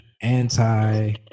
anti